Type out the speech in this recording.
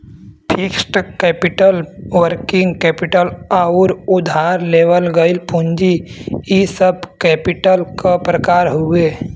fixed capital working capital आउर उधार लेवल गइल पूंजी इ सब कैपिटल क प्रकार हउवे